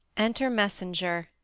enter messenger,